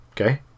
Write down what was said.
Okay